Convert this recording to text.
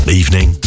evening